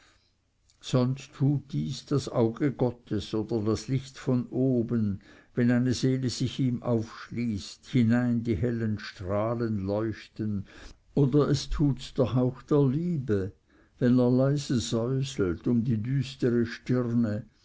sonst tut dieses das auge gottes oder das licht von oben wenn eine seele sich ihm aufschließt hinein die hellen strahlen leuchten oder es tuts der hauch der liebe wenn er leise säuselt um die düstere stirne